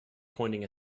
pointing